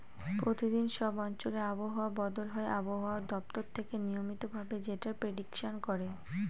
প্রতিদিন সব অঞ্চলে আবহাওয়া বদল হয় আবহাওয়া দপ্তর থেকে নিয়মিত ভাবে যেটার প্রেডিকশন করে